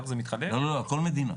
הכול מדינה.